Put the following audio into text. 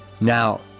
Now